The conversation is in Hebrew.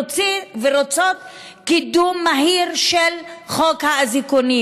ורוצות קידום מהיר של חוק האזיקונים.